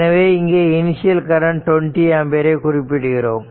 எனவே இங்கே initial current 20 ampere ஐ குறிப்பிடுகிறோம்